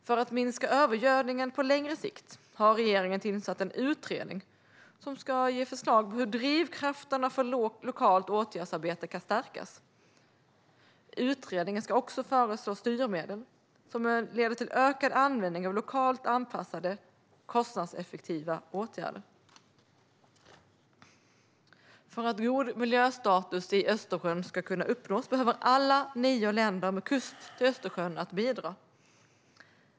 För att minska övergödningen på längre sikt har regeringen tillsatt en utredning som ska ge förslag på hur drivkrafterna för lokalt åtgärdsarbete kan stärkas. Utredningen ska också föreslå styrmedel som leder till ökad användning av lokalt anpassade, kostnadseffektiva åtgärder. För att god miljöstatus ska kunna uppnås i Östersjön behöver alla nio länder med kust till Östersjön bidra.